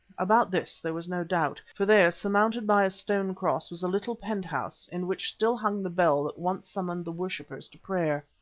about this there was no doubt, for there, surmounted by a stone cross, was a little pent-house in which still hung the bell that once summoned the worshippers to prayer.